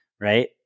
Right